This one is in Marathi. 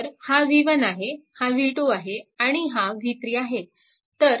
तर हा v1 आहे हा v2 आहे आणि हा v3 आहे